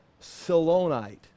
Silonite